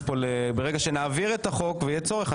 ברגע שנעביר את החוק ויהיה בכך צורך,